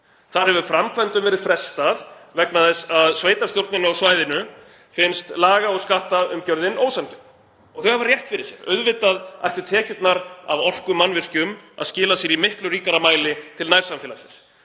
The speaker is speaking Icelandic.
Þar hefur framkvæmdum verið frestað vegna þess að sveitarstjórninni á svæðinu finnst laga- og skattumgjörðin ósanngjörn. Og hún hefur rétt fyrir sér. Auðvitað ættu tekjurnar af orkumannvirkjum að skila sér í miklu ríkara mæli til nærsamfélagsins.